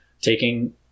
Taking